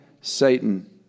Satan